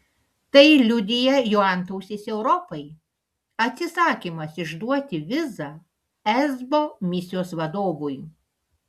tai liudija jo antausis europai atsisakymas išduoti vizą esbo misijos vadovui